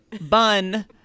bun